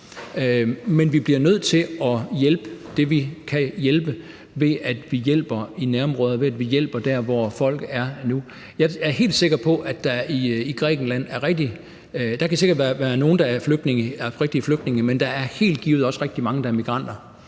Men vi bliver nødt til at hjælpe det, vi kan hjælpe, ved at hjælpe i nærområder, ved at hjælpe der, hvor folk er nu. Jeg er helt sikker på, at der i Grækenland er nogle, der er rigtige flygtninge, men der er helt givet også rigtig mange, der er migranter,